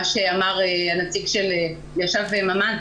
מה שאמר אלישיב ממן,